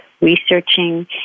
researching